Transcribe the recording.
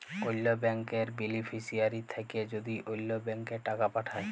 অল্য ব্যাংকের বেলিফিশিয়ারি থ্যাকে যদি অল্য ব্যাংকে টাকা পাঠায়